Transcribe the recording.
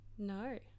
No